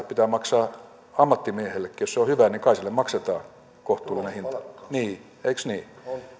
pitää maksaa ammattimiehellekin jos hän on hyvä niin kai hänelle maksetaan kohtuullinen hinta niin eikös niin